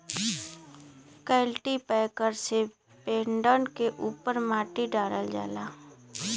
cultipacker से पेड़न के उपर माटी डालल जाला